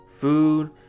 food